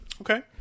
Okay